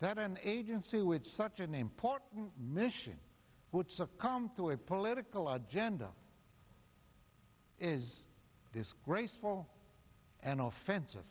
that an agency with such an important mission would succumb to a political agenda is disgraceful and offensive